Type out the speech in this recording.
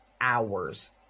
hours